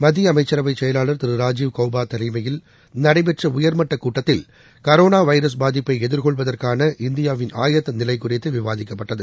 மத்தியஅமைச்சரவைசெயலாளர் திருராஜீவ் கௌபாதலைமையில் நடைபெற்றஉயர்மட்டகூட்டத்தில் கரோனாவைரஸ் பாதிப்பைஎதிர்கொள்வதற்கான இந்தியாவின் ஆயத்தநிலைகுறித்துவிவாதிக்கப்பட்டது